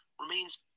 remains